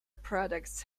products